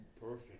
perfect